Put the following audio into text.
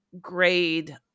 grade